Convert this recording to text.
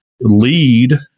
lead